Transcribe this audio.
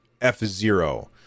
F-Zero